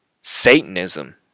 Satanism